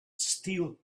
still